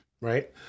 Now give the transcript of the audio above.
right